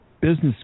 business